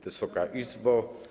Wysoka Izbo!